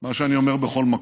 מה שאני אומר בכל מקום: